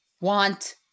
want